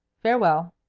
farewell.